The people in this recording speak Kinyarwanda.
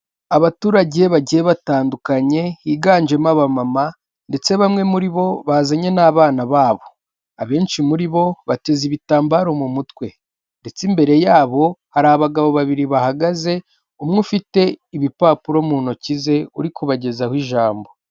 Abaturage bagiye batandukanye higanjemo aba mama ndetse bamwe muri bo bazanye n'abana babo, abenshi muri bo bateze ibitambaro mu mutwe ndetse imbere yabo hari abagabo babiri bahagaze umwe ufite ibipapuro mu ntoki ze uri kubagezaho ijambo.